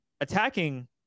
Attacking